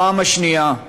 הפעם השנייה,